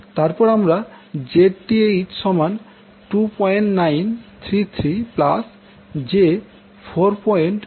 তারপর আমরা Zth সমান 2933 j 4467 Ω পাবো